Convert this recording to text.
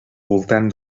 voltant